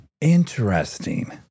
Interesting